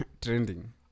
trending